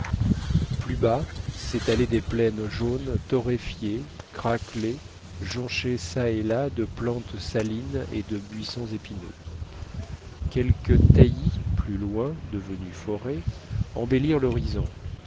plus bas s'étalaient des plaines jaunes torréfiées craquelées jonchées ça et là de plantes salines et de buissons épineux quelques taillis plus loin devenus forêts embellirent l'horizon